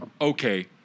okay